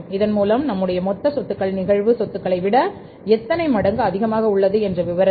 இதன் மூலம் நம்முடைய மொத்த சொத்துக்கள் நிகழ்வு சொத்துக்களை விட எத்தனை மடங்கு உள்ளது என்ற விவரத்தை